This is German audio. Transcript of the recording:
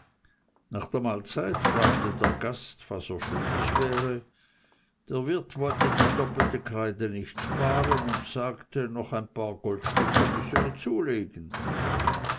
nach der mahlzeit fragte der gast was er schuldig wäre der wirt wollte die doppelte kreide nicht sparen und sagte noch ein paar goldstücke müßte er zulegen